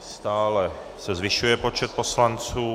Stále se zvyšuje počet poslanců...